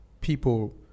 people